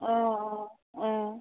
অঁ অঁ অঁ